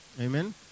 Amen